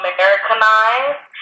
Americanized